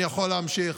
אני יכול להמשיך.